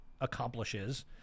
accomplishes